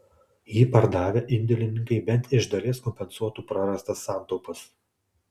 jį pardavę indėlininkai bent iš dalies kompensuotų prarastas santaupas